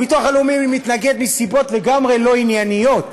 הביטוח הלאומי מתנגד מסיבות לגמרי לא ענייניות,